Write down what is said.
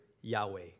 Yahweh